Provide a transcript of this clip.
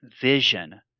vision